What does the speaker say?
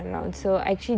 mm